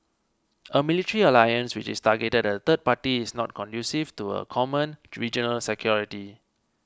a military alliance which is targeted at a third party is not conducive to common regional security